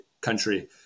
country